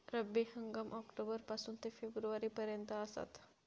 रब्बी हंगाम ऑक्टोबर पासून ते फेब्रुवारी पर्यंत आसात